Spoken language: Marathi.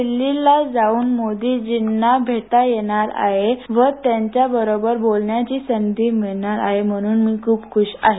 दिल्लीला जाऊन मोदींना भेटता येणार आणि त्यांच्याबरोबर बोलण्याची संधी मिळणार आहे म्हणून मी खूप खूष आहे